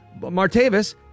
Martavis